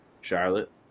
Charlotte